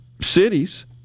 cities